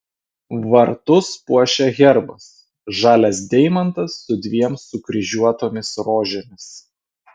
vartus puošia herbas žalias deimantas su dviem sukryžiuotomis rožėmis